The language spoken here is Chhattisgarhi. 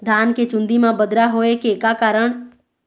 धान के चुन्दी मा बदरा होय के का कारण?